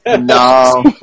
No